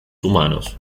humanos